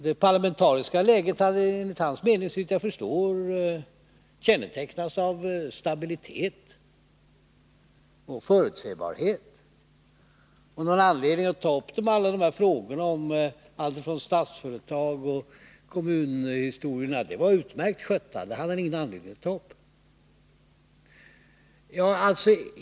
Det parlamentariska läget hade enligt hans mening, såvitt jag förstår, kännetecknats av stabilitet och förutsebarhet. Samtliga de frågor som rörde allt från Statsföretag till kommunerna tyckte han var utmärkt skötta och fann ingen anledning att ta upp.